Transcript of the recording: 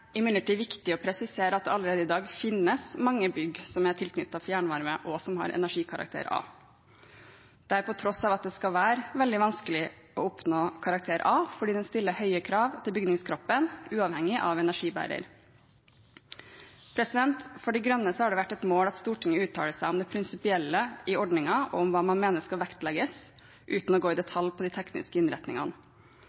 imidlertid viktig å presisere at det allerede i dag finnes mange bygg som er tilknyttet fjernvarme, som har energikarakter A – dette til tross for at det skal være veldig vanskelig å oppnå karakter A, fordi den stiller høye krav til bygningskroppen, uavhengig av energibærer. For De Grønne har det vært et mål at Stortinget uttaler seg om det prinsipielle i ordningen og om hva man mener skal vektlegges, uten å gå i detalj på de tekniske innretningene.